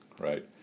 Right